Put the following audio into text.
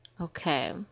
Okay